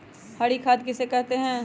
हरी खाद किसे कहते हैं?